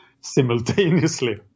simultaneously